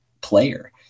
player